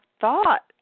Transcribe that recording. thought